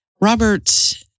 Robert